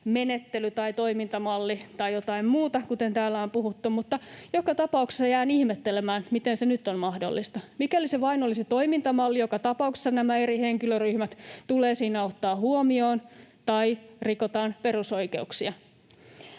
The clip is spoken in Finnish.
menettely tai toimintamalli tai jotain muuta, kuten täällä on puhuttu, mutta joka tapauksessa jään ihmettelemään, miten se nyt on mahdollista. Mikäli se olisi vain toimintamalli, joka tapauksessa nämä eri henkilöryhmät tulee siinä ottaa huomioon tai rikotaan perusoikeuksia.